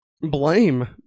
Blame